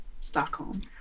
Stockholm